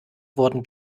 wurden